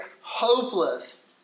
Hopeless